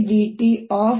dl ddtB